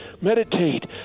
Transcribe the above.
Meditate